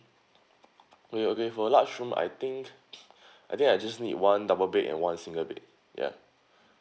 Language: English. okay okay for the large room I think I think I just need one double bed and one single bed ya